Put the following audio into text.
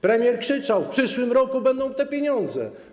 Premier krzyczał: W przyszłym roku będą te pieniądze!